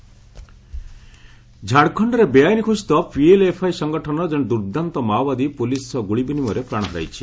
Jharkhand encounter ଝାଡଖଣ୍ଡରେ ବେଆଇନ ଘୋଷିତ ପିଏଲଏଫଆଇ ସଂଗଠନର ଜଣେ ଦୁର୍ଦ୍ଦାନ୍ତ ମାଓବାଦୀ ପୋଲିସ ସହ ଗୁଳି ବିନିମୟରେ ପ୍ରାଣ ହରାଇଛି